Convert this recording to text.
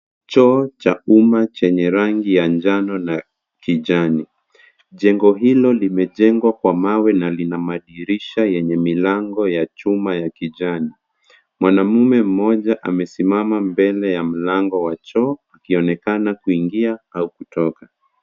Choo cha umma chenye rangi ya njano na kijani. Jengo hilo limejengwa kwa mawe na lina madirisha yenye milango ya chuma ya kijani. Mwanamume mmoja amesimama mbele ya mlango wa choo akionekana kuingia au kutoka.